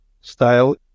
style